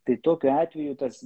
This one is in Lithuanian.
tai tokiu atveju tas